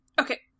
Okay